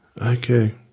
Okay